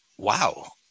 wow